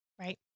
Right